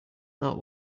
not